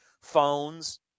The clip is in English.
phones